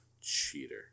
Cheater